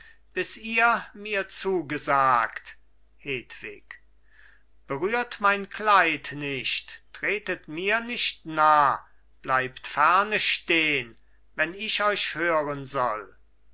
bis ihr mir zugesagt hedwig berührt mein kleid nicht tretet mir nicht nah bleibt ferne stehn wenn ich euch hören soll